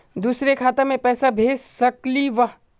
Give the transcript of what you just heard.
दुसरे खाता मैं पैसा भेज सकलीवह?